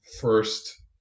first